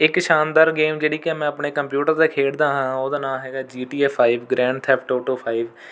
ਇੱਕ ਸ਼ਾਨਦਾਰ ਗੇਮ ਜਿਹੜੀ ਕਿ ਮੈਂ ਆਪਣੇ ਕੰਪਿਊਟਰ 'ਤੇ ਖੇਡਦਾਂ ਹਾਂ ਉਹਦਾ ਨਾਂ ਹੈਗਾ G T A five grand theft auto five